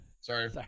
Sorry